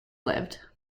lived